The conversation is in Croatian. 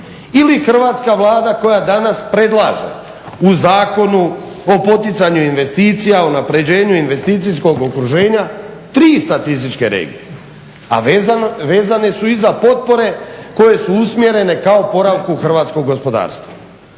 ili hrvatska Vlada koja danas predlaže u Zakonu o poticanju investicija, o unapređenju investicijskog okruženja 3 statističke regije, a vezane su i za potpore koje su usmjerene ka oporavku hrvatskog gospodarstva.